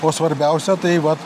o svarbiausia tai vat